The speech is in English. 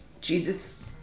Jesus